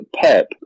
Pep